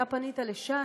אתה פנית לש"ס.